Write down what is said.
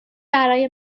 برای